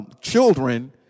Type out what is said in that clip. children